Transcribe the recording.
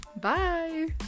Bye